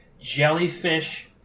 jellyfish